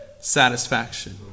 satisfaction